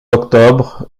octobre